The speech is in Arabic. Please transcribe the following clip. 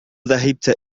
ذهبت